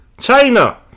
China